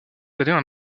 installé